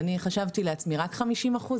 חשבתי לעצמי, רק 50%?